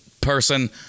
person